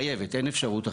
חייבת, אין אפשרות אחרת.